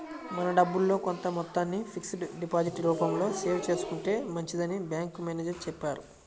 మన డబ్బుల్లో కొంత మొత్తాన్ని ఫిక్స్డ్ డిపాజిట్ రూపంలో సేవ్ చేసుకుంటే మంచిదని బ్యాంకు మేనేజరు చెప్పారు